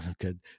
good